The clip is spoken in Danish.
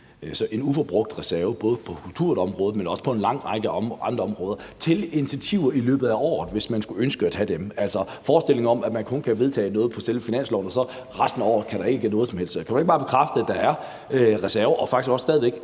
en uforbrugt reserve, både på kulturområdet, men også på en lang række andre områder, til initiativer i løbet af året, hvis man skulle ønske at tage dem. Altså, der er ikke en forestilling om, at man kun kan vedtage noget på selve finansloven, og at der så resten af året ikke kan være noget som helst. Kan du ikke bare bekræfte, at der er en reserve, som faktisk også stadig væk